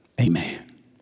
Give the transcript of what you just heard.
Amen